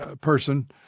person